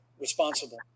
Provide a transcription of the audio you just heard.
responsible